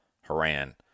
Haran